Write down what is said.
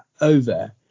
over